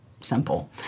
simple